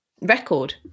record